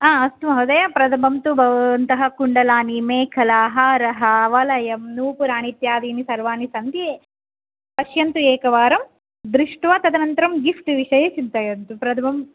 आ अस्तु महोदय प्रथमं तु भवन्तः कुण्डलानि मेखला हारः वलयं नूपुराणि इत्यादीनि सर्वानि सन्ति पश्यन्तु एकवारं दृष्ट्वा तदनन्तरं गिफ़्ट् विषये चिन्तयन्तु प्रथमं